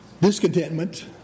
Discontentment